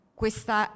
questa